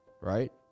right